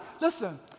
Listen